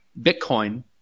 Bitcoin